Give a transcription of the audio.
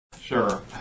Sure